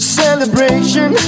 celebration